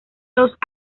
los